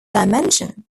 dimension